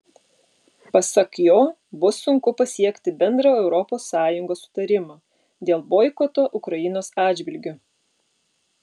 pasak jo bus sunku pasiekti bendrą europos sąjungos sutarimą dėl boikoto ukrainos atžvilgiu